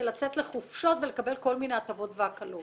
לצאת לחופשות ולקבל כל מיני הטבות והקלות.